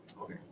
okay